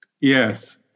Yes